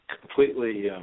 completely